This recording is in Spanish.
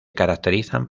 caracterizan